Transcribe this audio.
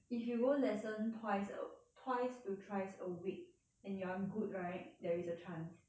if you go lesson twice a twice to thrice a week and you are good right there is a chance